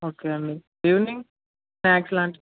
okay అండి evening snacks లాంటివి